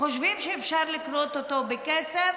חושבים שאפשר לקנות אותו בכסף,